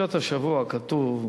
בפרשת השבוע כתוב: